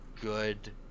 good